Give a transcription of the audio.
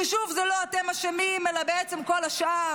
ששוב זה לא אתם אשמים אלא כל השאר?